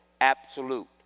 absolute